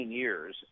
years